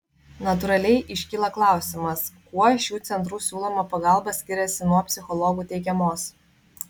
natūraliai iškyla klausimas kuo šių centrų siūloma pagalba skiriasi nuo psichologų teikiamos